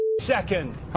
second